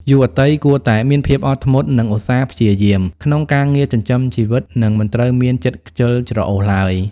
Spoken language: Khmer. យុវតីគួរតែ "មានភាពអត់ធ្មត់ និងឧស្សាហ៍ព្យាយាម" ក្នុងការងារចិញ្ចឹមជីវិត និងមិនត្រូវមានចិត្តខ្ជិលច្រអូសឡើយ។